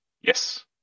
Yes